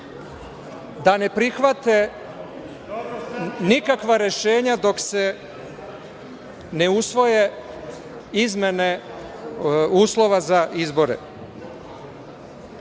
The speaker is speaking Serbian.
da ne prihvate nikakva rešenja dok se ne usvoje izmene uslova za izbore. Ovo